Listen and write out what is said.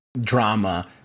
drama